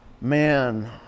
Man